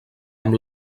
amb